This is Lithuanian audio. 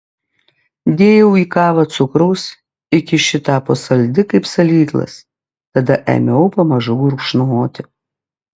dėjausi į kavą cukraus iki ši tapo saldi kaip salyklas tada ėmiau pamažu gurkšnoti